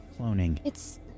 Cloning